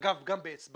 אגב, גם באצבעות.